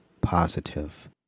positive